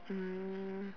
um